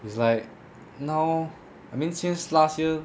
it's like now I mean since last year